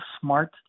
smart